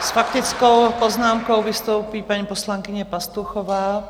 S faktickou poznámkou vystoupí paní poslankyně Pastuchová.